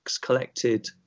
collected